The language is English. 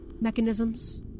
mechanisms